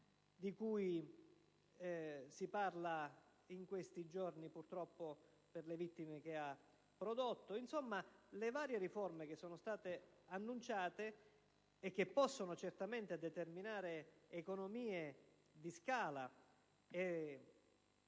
di cui si parla in questi giorni purtroppo per le vittime che ha prodotto. Insomma, le varie riforme che sono state annunciate possono certamente determinare economie di scala